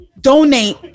donate